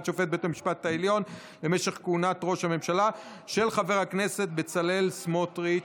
ראש ממשלה), של חבר הכנסת בצלאל סמוטריץ'.